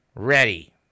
ready